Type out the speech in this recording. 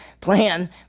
plan